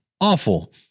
awful